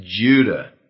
Judah